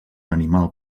animal